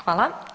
Hvala.